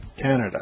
Canada